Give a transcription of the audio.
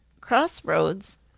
Crossroads